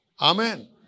Amen